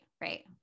Right